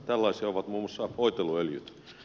tällaisia ovat muun muassa voiteluöljyt